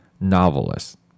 novelist